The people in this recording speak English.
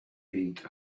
heat